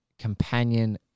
companion